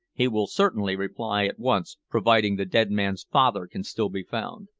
he will certainly reply at once, providing the dead man's father can still be found.